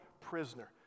prisoner